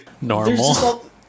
Normal